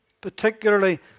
particularly